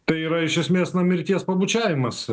tai yra iš esmės nuo mirties pabučiavimas